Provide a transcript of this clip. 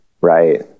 Right